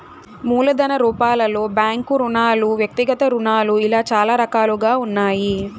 మూలధన రూపాలలో బ్యాంకు రుణాలు వ్యక్తిగత రుణాలు ఇలా చాలా రకాలుగా ఉన్నాయి